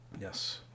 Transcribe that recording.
Yes